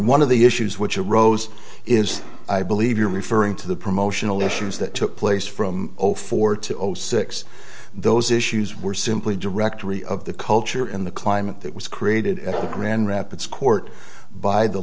one of the issues which arose is i believe you're referring to the promotional issues that took place from over four to zero six those issues were simply directory of the culture in the climate that was created at the grand rapids court by the